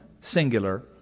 singular